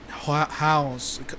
house